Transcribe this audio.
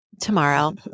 tomorrow